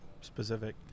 specific